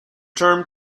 term